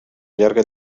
llarga